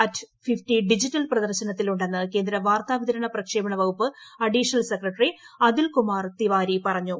at fifty digital പ്രദർശനത്തിൽ ഉണ്ടെന്ന് കേന്ദ്ര വാർത്താവിതരണ പ്രക്ഷേപണ വകുപ്പ് അഡീഷണൽ സെക്രട്ടറി അതുൽ കുമാർ തിവാരി പറഞ്ഞു